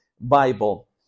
Bible